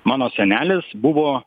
mano senelis buvo